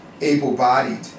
able-bodied